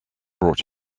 brought